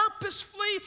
purposefully